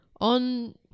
on